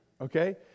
Okay